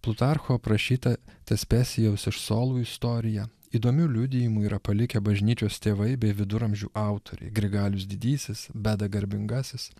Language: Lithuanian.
plutarcho aprašytą tespesijaus iš solų istoriją įdomių liudijimų yra palikę bažnyčios tėvai bei viduramžių autoriai grigalius didysis beda garbingasis